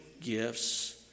gifts